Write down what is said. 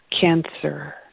cancer